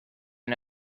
and